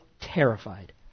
terrified